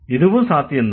இதுவும் சாத்தியம்தான்